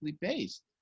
based